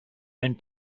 ein